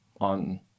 on